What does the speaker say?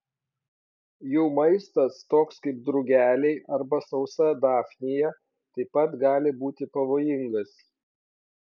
jų maistas toks kaip drugeliai arba sausa dafnija taip pat gali būti pavojingas